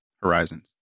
Horizons